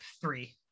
three